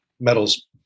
metals